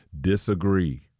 disagree